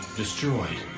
destroyed